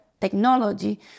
technology